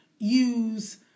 use